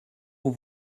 aux